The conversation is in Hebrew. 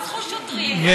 רצחו שוטרים,